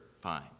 fine